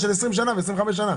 שיהיו 20 שנים ו-15 שנים.